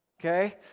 Okay